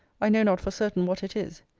i know not for certain what it is.